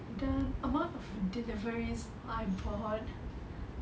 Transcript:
the amount of deliveries I bought